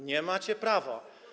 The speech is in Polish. Nie macie prawa.